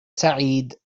سعيد